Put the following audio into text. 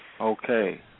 Okay